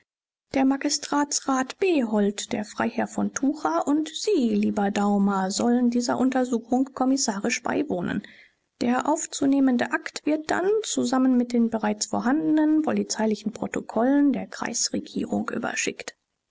der magistratsrat behold der freiherr von tucher und sie lieber daumer sollen dieser untersuchung kommissarisch beiwohnen der aufzunehmende akt wird dann zusammen mit den bereits vorhandenen polizeilichen protokollen der kreisregierung überschickt